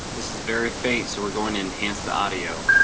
this is very faint. so we're going in. answer the audio.